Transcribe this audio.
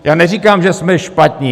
Já neříkám, že jsme špatní.